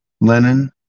Lenin